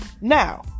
Now